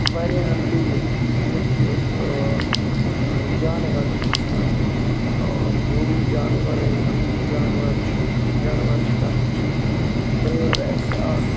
واریاہَن پیٚیہِ یِم تہِ جانوَر چھِ مثلاً وُڑوٕنۍ جانوَرَے یِم جانوَر چھِ جانوَر چھِ تَتھ منٛز چھُ برٛٲر اَسہِ اَکھ